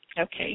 Okay